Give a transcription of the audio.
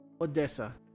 Odessa